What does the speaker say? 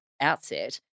outset